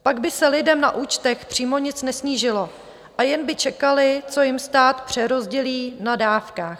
Pak by se lidem na účtech přímo nic nesnížilo a jen by čekali, co jim stát přerozdělí na dávkách.